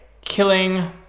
killing